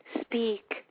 speak